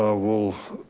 ah will,